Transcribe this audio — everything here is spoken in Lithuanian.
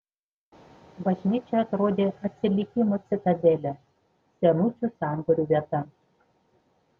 bažnyčia atrodė atsilikimo citadelė senučių sambūrių vieta